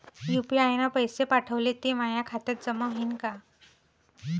UPI न पैसे पाठवले, ते माया खात्यात जमा होईन का?